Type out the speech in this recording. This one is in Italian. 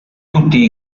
tutti